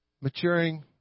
maturing